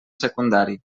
secundari